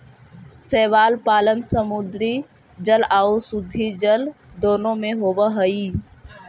शैवाल पालन समुद्री जल आउ शुद्धजल दोनों में होब हई